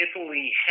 Italy